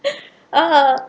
uh